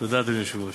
תודה, אדוני היושב-ראש.